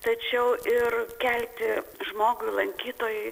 tačiau ir kelti žmogui lankytojui